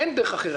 אין דרך אחרת.